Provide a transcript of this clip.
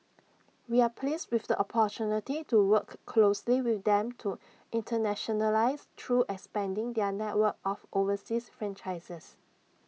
we are pleased with the opportunity to work closely with them to internationalise through expanding their network of overseas franchisees